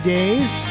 Days